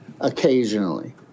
occasionally